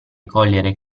cogliere